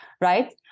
right